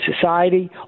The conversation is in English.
society